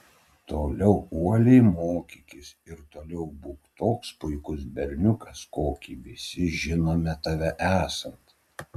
toliau uoliai mokykis ir toliau būk toks puikus berniukas kokį visi žinome tave esant